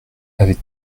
avec